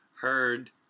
Heard